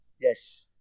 Yes